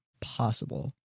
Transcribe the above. possible